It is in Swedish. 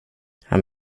han